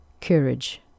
courage